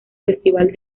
festival